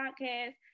podcast